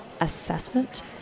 assessment